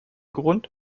grund